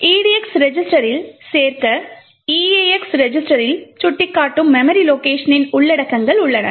edx ரெஜிஸ்டரில் சேர்க்க eax ரெஜிஸ்டரில் சுட்டிக்காட்டும் மெமரி லொகேஷனின் உள்ளடக்கங்கள் உள்ளன